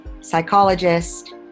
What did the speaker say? psychologist